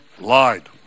lied